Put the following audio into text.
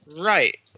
Right